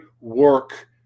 work